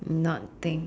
not think